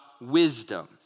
wisdom